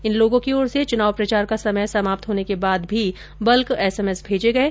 इन लोगों की ओर से चुनाव प्रचार का समय समाप्त होने के बाद भी बल्क एसएमएस भेजे गये